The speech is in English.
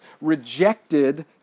rejected